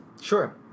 Sure